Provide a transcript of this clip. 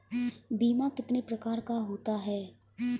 बीमा कितने प्रकार का होता है?